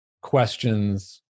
questions